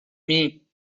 mim